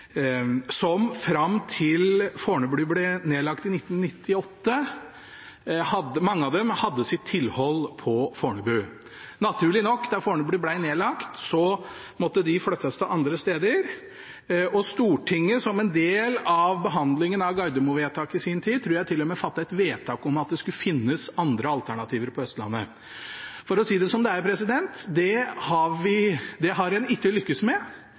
Fornebu fram til flyplassen ble nedlagt i 1998. Da Fornebu ble nedlagt, måtte de naturlig nok flyttes til andre steder, og som en del av behandlingen av vedtaket om Gardermoen i sin tid, tror jeg til og med Stortinget fattet et vedtak om at det skulle finnes andre alternativer på Østlandet. For å si det som det er: Det har en ikke lyktes med,